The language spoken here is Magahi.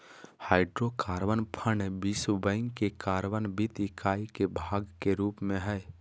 हाइड्रोकार्बन फंड विश्व बैंक के कार्बन वित्त इकाई के भाग के रूप में हइ